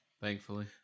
thankfully